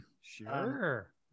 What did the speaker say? Sure